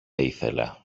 ήθελα